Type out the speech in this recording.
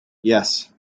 yes